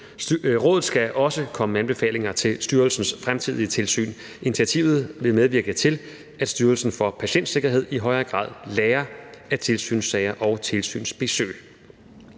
Udvalg skal også komme med anbefalinger til styrelsens fremtidige tilsyn. Initiativet vil medvirke til, at Styrelsen for Patientsikkerhed i højere grad lærer af tilsynssager og tilsynsbesøg.